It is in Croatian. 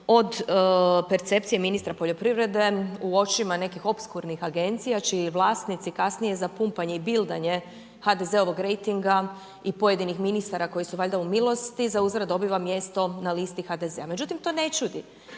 od percepcije ministra poljoprivrede u očima nekih opskurnih agencija čiji vlasnici kasnije za pumpanje i bildanje HDZ-ovog rejtinga i pojedinih ministara koji su valjda u milosti, zauzvrat dobiva mjesto na listi HDZ-a. Međutim, to ne čudi